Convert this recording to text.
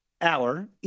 hour